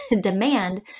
demand